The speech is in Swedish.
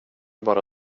bara